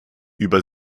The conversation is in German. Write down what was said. über